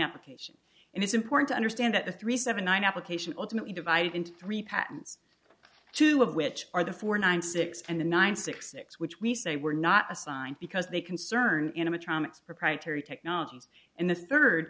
application and it's important to understand that the three seven one application ultimately divided into three patents two of which are the four nine six and the nine six six which we say were not assigned because they concern in a proprietary technologies and the third